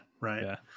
Right